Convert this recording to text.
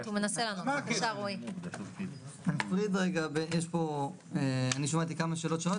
שמעתי כמה שאלות שונות,